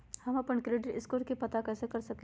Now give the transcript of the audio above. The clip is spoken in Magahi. हम अपन क्रेडिट स्कोर कैसे पता कर सकेली?